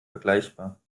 vergleichbar